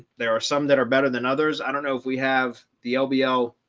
there are some that are better than others. i don't know if we have the lpl